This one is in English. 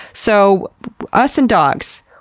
so us and dogs,